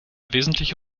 wesentliche